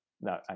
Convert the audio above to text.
no